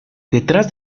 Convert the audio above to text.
detrás